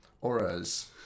Auras